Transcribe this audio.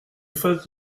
fades